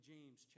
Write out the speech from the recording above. James